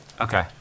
Okay